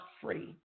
free